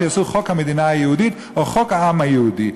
שיעשו חוק המדינה היהודית או חוק העם היהודי,